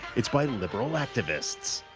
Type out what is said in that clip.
it's by liberal activists.